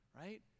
right